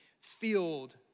filled